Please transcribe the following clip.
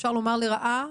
אפשר לומר לרעה,